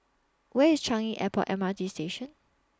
Where IS Changi Airport M R T Station